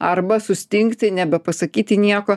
arba sustingti nebepasakyti nieko